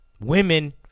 Women